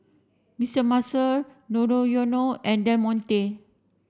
Mister Muscle Monoyono and Del Monte